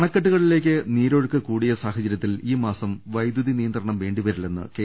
അണക്കെട്ടുകളിലേക്ക് നീരൊഴുക്ക് കൂടിയ സാഹചരൃത്തിൽ ഈ മാസം വൈദ്യുതി നിയന്ത്രണം വേണ്ടിവരില്ലെന്ന് കെ